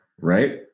Right